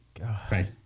Right